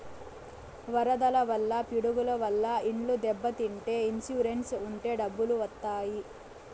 వరదల వల్ల పిడుగుల వల్ల ఇండ్లు దెబ్బతింటే ఇన్సూరెన్స్ ఉంటే డబ్బులు వత్తాయి